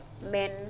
men